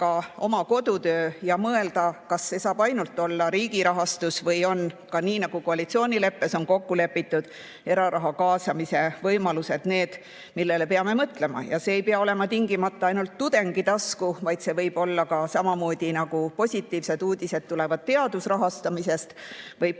oma kodutöö ja mõelda, kas see saab olla ainult riigi rahastus või on ka, nagu koalitsioonileppes on kokku lepitud, eraraha kaasamise võimalused need, millele peame mõtlema. Ja see ei pea olema tingimata ainult tudengi tasku, vaid see võib olla samamoodi, nagu tulevad positiivsed uudised teaduse rahastamisest,